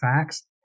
facts